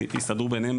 והן יסתדרו ביניהן.